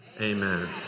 amen